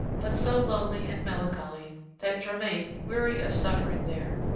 but so lonely and melancholy that germain, weary of suffering there,